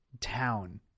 town